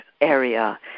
area